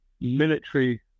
military